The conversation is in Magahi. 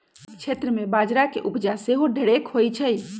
सूखक क्षेत्र में बजरा के उपजा सेहो ढेरेक होइ छइ